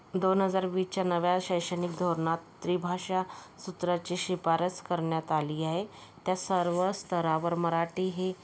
दोन हजार वीचच्या नव्या शेेक्षणिक धोरणात त्रिभाषा सूत्राची शिफारस करण्यात आली आहे त्या सर्व स्तरावर मराठी ही